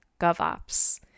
GovOps